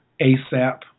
ASAP